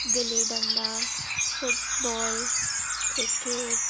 गिली डंडा football cricket